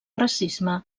racisme